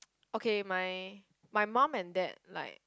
okay my my mum and dad like